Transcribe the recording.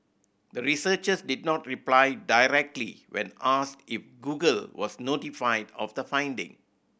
the researchers did not reply directly when asked if Google was notified of the finding